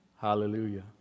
Hallelujah